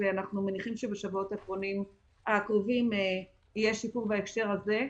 ואנחנו מניחים שבשבועות הקרובים יהיה שיפור בהקשר הזה.